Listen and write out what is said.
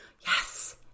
Yes